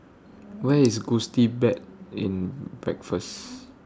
Where IS Gusti Bed and Breakfast